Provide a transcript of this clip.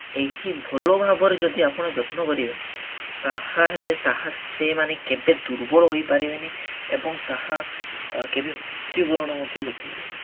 ଏହି ଭଲ ଭାବରେ ଯଦି ଆପଣ ଯତ୍ନ କରିବେ ତାହା ହେଲେ ତାହା ସେମାନେ କେବେ ଦୁର୍ବଳ ହୋଇପାରିବେନି ଏବଂ ତାହା କେବେ ମୃତ୍ୟୁବରଣ ମଧ୍ୟ କରିପାରିବେନି